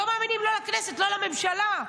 לא מאמינים לא לכנסת, לא לממשלה,